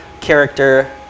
character